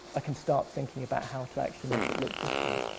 ah can start thinking about how to actually make it look different.